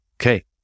Okay